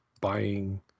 buying